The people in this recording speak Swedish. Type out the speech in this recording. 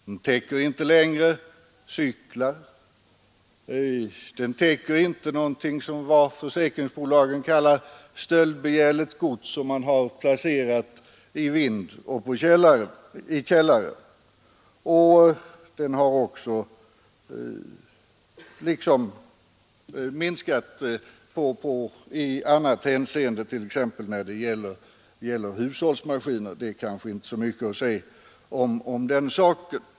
De täcker inte längre cyklar och inte vad försäkringsbolagen kallar stöldbegärligt gods som man har placerat i vindseller källarutrymmen. Försäkringsskyddet har också minskat genom att inte längre täcka skador på hushållsmaskiner. Det sistnämnda är det kanske inte så mycket att säga om.